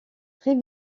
très